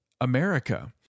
America